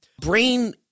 brain